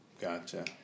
Gotcha